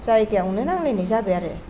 जायगायावनो नांलायनाय जाबाय आरो